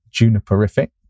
Juniperific